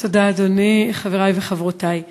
תודה, אדוני, חברי וחברותי,